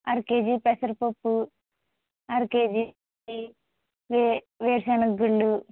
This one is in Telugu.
అర కేజీ పెసరపప్పు అర కేజీ వేరుశెనగ గుళ్లు